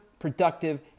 productive